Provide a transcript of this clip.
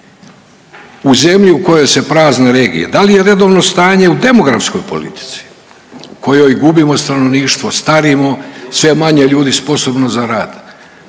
u zemlji u kojoj se prazne regije? Da li je redovno stanje u demografskoj politici u kojoj gubimo stanovništvo, starimo, sve je manje ljudi sposobno za rad